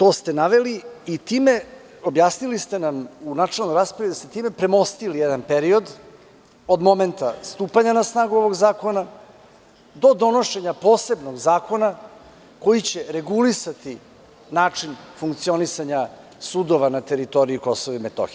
Objasnili ste nam u načelnoj raspravi da ste time premostili jedan period, od momenta stupanja na snagu ovog zakona do donošenja posebnog zakona koji će regulisati način funkcionisanja sudova na teritoriji KiM.